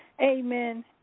Amen